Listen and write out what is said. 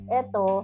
eto